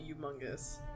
humongous